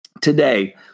Today